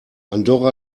andorra